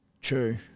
True